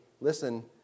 Listen